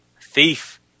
thief